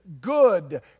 good